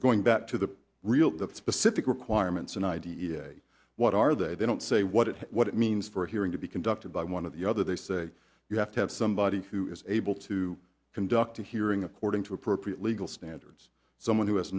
going back to the real the specific requirements and i d e a what are they they don't say what it what it means for a hearing to be conducted by one of the other they say you have to have somebody who is able to conduct a hearing according to appropriate legal standards someone who has